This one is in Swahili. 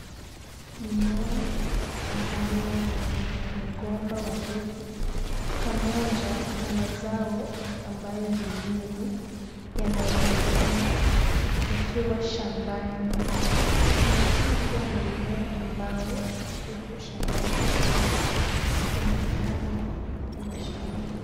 Mimea ambayo ni mgomba wa ndizi pamoja na mazao ambayo ni ndizi, yanaonekana yakiwa shambani. Inaonekana kuwa ni mmea ambao upo shambani na imepandwa kwenye shamba.